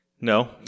No